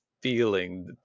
feeling